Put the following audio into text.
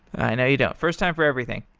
i know you don't. first time for everything.